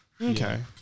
Okay